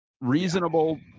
reasonable